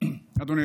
את הדיון.